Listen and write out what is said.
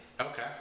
Okay